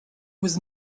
was